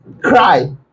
cry